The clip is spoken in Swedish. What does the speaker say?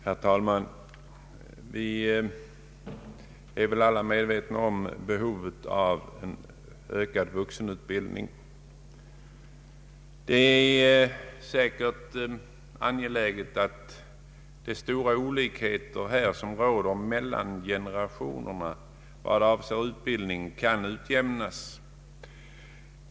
Herr talman! Vi är säkert alla medvetna om behovet av en ökad vuxenutbildning. Det är angeläget att de stora olikheter som råder mellan generationerna i vad avser utbildningen kan utjämnas.